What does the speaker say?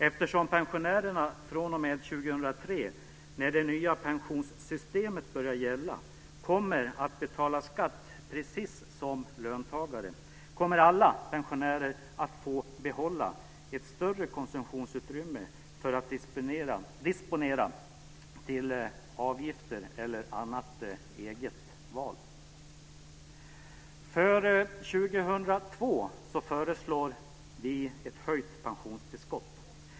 Eftersom pensionärerna fr.o.m. 2003, när det nya pensionssystemet börjar gälla, kommer att betala skatt precis som löntagare kommer alla pensionärer att få behålla ett större konsumtionsutrymme för att disponera för avgifter eller annat eget val. För 2002 föreslår vi ett höjt pensionstillskott.